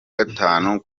gatanu